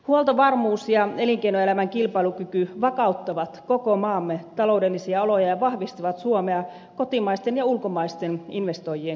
huoltovarmuus ja elinkeinoelämän kilpailukyky vakauttavat koko maamme taloudellisia oloja ja vahvistavat suomea kotimaisten ja ulkomaisten investoijien kohteena